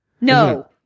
No